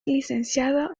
licenciado